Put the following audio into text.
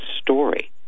story